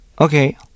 Okay